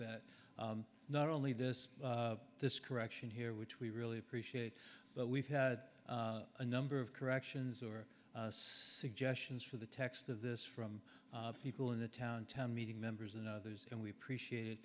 that not only this this correction here which we really appreciate but we've had a number of corrections or suggestions for the text of this from people in the town town meeting members and others and we appreciate